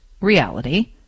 reality